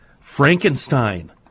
Frankenstein